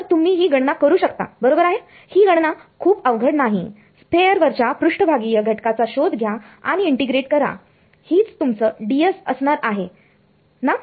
तर तुम्ही ही गणना करू शकता बरोबर आहे ही गणना खूप अवघड नाही स्फेअर वरच्या पृष्ठभागीय घटकाचा शोध घ्या आणि इंटिग्रेट करा हीच तुमचं ds असणार आहे ना